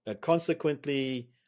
Consequently